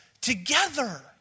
together